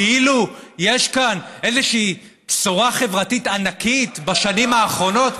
כאילו יש כאן איזושהי בשורה חברתית ענקית בשנים האחרונות?